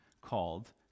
called